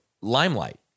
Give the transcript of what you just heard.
Limelight